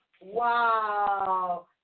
Wow